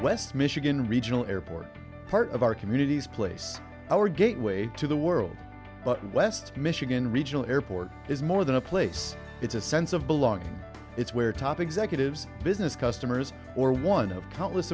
west michigan regional airport part of our community's place our gateway to the world but west michigan regional airport is more than a place it's a sense of belonging it's where top executives business customers or one of countless